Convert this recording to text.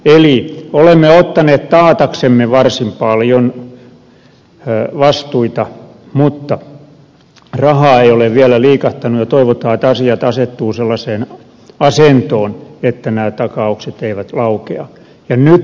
eli olemme ottaneet taataksemme varsin paljon vastuita mutta raha ei ole vielä liikahtanut ja toivotaan että asiat asettuvat sellaiseen asentoon että nämä takaukset eivät laukea